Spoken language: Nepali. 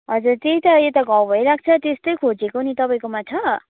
हजुर त्यही त यता घाउ भइरहेको त्यस्तै खोजेको नि तपाईँकोमा छ